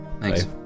Thanks